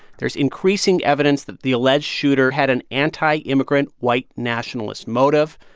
there's increasing evidence that the alleged shooter had an anti-immigrant, white-nationalist motive.